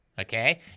okay